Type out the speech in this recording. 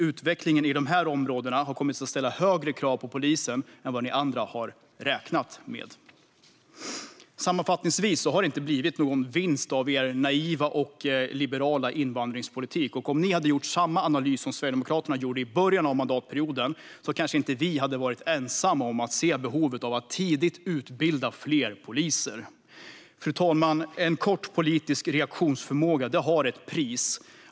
Utvecklingen i de här områdena har kommit att ställa högre krav på polisen än vad ni andra hade räknat med. Sammanfattningsvis har det inte blivit någon vinst av er naiva och liberala invandringspolitik. Om ni hade gjort samma analys som Sverigedemokraterna gjorde i början av mandatperioden hade vi kanske inte varit ensamma om att se behovet av att tidigt utbilda fler poliser. Fru talman! En kort politisk reaktionsförmåga har ett pris.